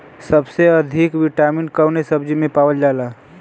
सबसे अधिक विटामिन कवने सब्जी में पावल जाला?